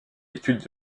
étude